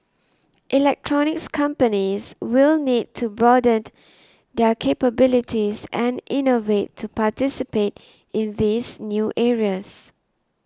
electronics companies will need to broaden their capabilities and innovate to participate in these new areas